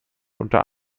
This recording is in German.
unter